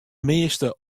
measte